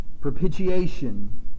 Propitiation